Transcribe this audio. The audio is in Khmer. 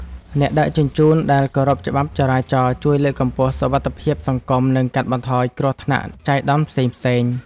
អ្នកដឹកជញ្ជូនដែលគោរពច្បាប់ចរាចរណ៍ជួយលើកកម្ពស់សុវត្ថិភាពសង្គម និងកាត់បន្ថយគ្រោះថ្នាក់ចៃដន្យផ្សេងៗ។